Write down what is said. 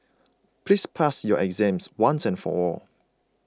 please pass your exams once and for all